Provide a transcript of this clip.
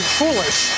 foolish